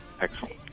excellent